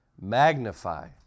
magnify